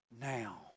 now